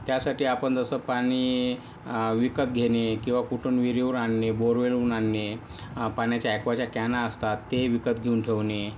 त्यासाठी आपण जसं पाणी विकत घेणे किंवा कुठून विहिरीवरून आणणे बोरवेलवरून आणणे पाण्याचे ॲक्वाचे कॅना असतात ते विकत घेऊन ठेवणे